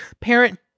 parent